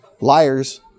liars